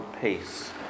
peace